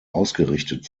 ausgerichtet